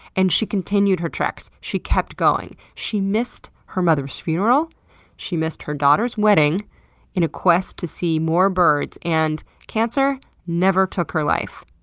and she continued her treks, she kept going. she missed her mother's funeral she missed her daughter's wedding in a quest to see more birds. and cancer never took her life,